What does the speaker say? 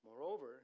Moreover